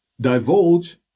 divulge